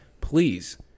please